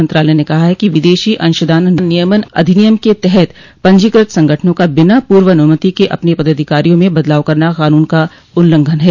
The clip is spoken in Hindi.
मंत्रालय ने कहा कि विदेशी अंशदान नियमन अधिनियम के तहत पंजीकृत संगठनों का बिना पूर्व अनुमति के अपने पदाधिकारियों में बदलाव करना कानून का उल्लंघन है